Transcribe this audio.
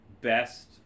best